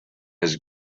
his